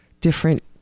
different